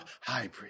hybrid